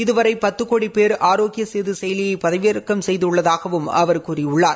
இதுவரை பத்து கோடி போ் ஆரோக்கிய சேது செயலியை பதிவிறக்கம் செய்துள்ளதனவும் அவா் கூறியுள்ளார்